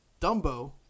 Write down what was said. Dumbo